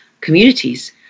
communities